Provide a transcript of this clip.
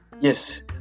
Yes